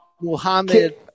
Muhammad